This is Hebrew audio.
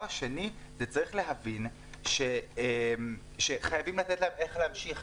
ושנית, יש להבין שחייבים לתת להם איך להמשיך.